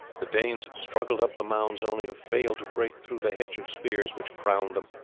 the danes struggled up the mounds only to fail to break through the hedge of spears which crowned them,